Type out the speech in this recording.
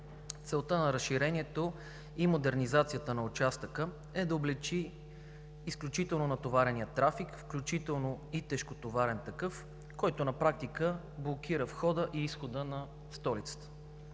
Целта на разширението и модернизацията на участъка е да облекчи изключително натоварения трафик, включително и тежкотоварен такъв, който на практика блокира входа и изхода на столицата.